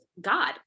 God